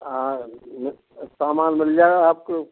हाँ ये सामान मिल जाएगा आपको